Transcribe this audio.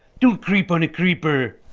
don't creep on a creeper.